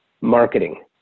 marketing